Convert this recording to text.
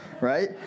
right